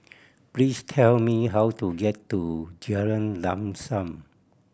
please tell me how to get to Jalan Lam Sam